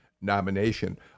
nomination